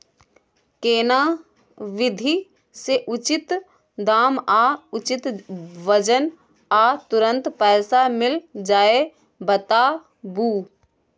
केना विधी से उचित दाम आ उचित वजन आ तुरंत पैसा मिल जाय बताबू?